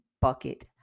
Bucket